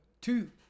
two